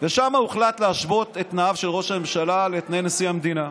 ושם הוחלט להשוות את תנאיו של ראש הממשלה לתנאי נשיא המדינה.